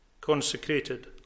consecrated